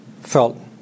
felt